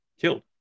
killed